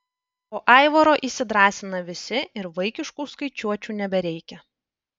po aivaro įsidrąsina visi ir vaikiškų skaičiuočių nebereikia